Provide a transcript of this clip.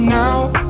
now